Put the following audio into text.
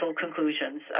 conclusions